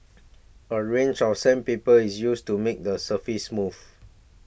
a range of sandpaper is used to make the surface smooth